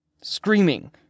screaming